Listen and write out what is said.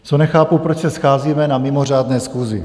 Co nechápu, proč se scházíme na mimořádné schůzi.